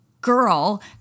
girl